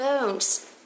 bones